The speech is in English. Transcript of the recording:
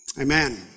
amen